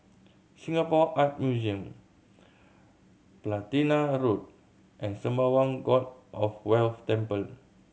Singapore Art Museum Platina Road and Sembawang God of Wealth Temple